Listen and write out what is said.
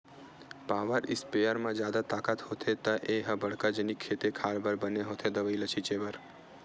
power sprayer म जादा ताकत होथे त ए ह बड़का जनिक खेते खार बर बने होथे दवई ल छिते बर